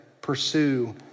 pursue